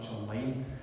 online